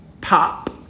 pop